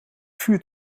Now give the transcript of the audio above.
vuur